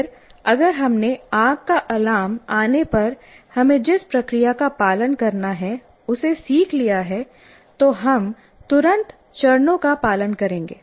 फिर अगर हमने आग का अलार्म आने पर हमें जिस प्रक्रिया का पालन करना है उसे सीख लिया है तो हम तुरंत चरणों का पालन करेंगे